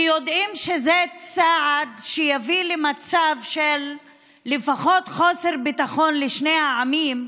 כי יודעים שזה צעד שיביא למצב של לפחות חוסר ביטחון לשני העמים,